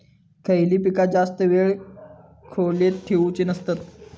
खयली पीका जास्त वेळ खोल्येत ठेवूचे नसतत?